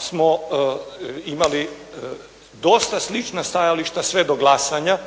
smo imali dosta slična stajališta sve do glasanja